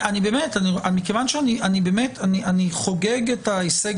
אני חוגג את ההישג